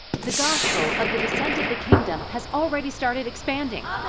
the gospel of the descent of the kingdom has already started expanding,